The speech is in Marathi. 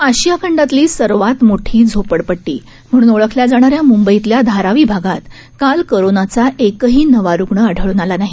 आशियाखंडातलीसर्वातमोठीझोपडपट्टीम्हणूनओळखल्याजाणाऱ्यामुंबईतल्याधारावीभागातकालकोरोनाचा एकहीनवारुग्णआढळूनआलानाही